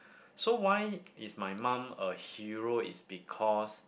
so why is my mom a hero is because